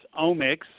omics